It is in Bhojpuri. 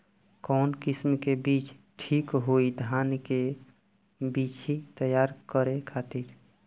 कवन किस्म के बीज ठीक होई धान के बिछी तैयार करे खातिर?